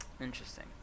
Interesting